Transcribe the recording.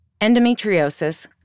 Endometriosis